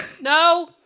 No